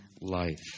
life